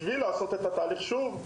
בשביל לעשות את הפינוי הזה שוב,